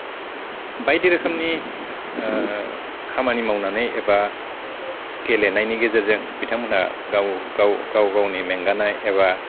बायदि रोखोमनि खामानि मावनानै एबा गेलेनायनि गेजेरजों बिथांमोनहा गाव गाव गावनि मेंगानाय एबा